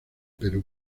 perú